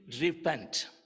Repent